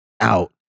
out